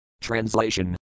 Translation